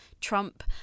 Trump